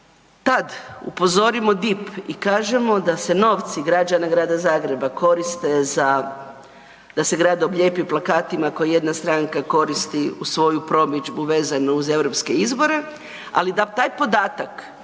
Tad upozorimo DIP i kažemo da se novci građana Grada Zagreba koriste za, da se grad oblijepi plakatima koji jedna stranka koristi u svoju promidžbu vezano uz europske izbore, ali da taj podatak